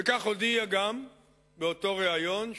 וכך הודיע גם באותו ריאיון,